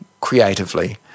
creatively